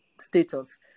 status